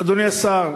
אדוני השר,